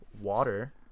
water